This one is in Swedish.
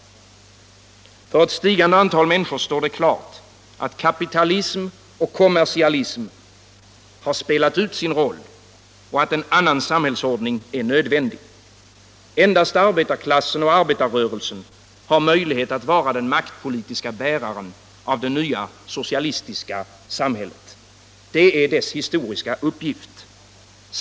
För ett stigande antal människor står det klart, att kapitalism och kommersialism spelat ut sin roll och att en annan samhällsordning är nödvändig. Endast arbetarklassen och arbetarrörelsen har möjlighet att vara den maktpolitiska bäraren av det nya socialistiska samhället. Det är dess historiska uppgift.